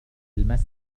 المسألة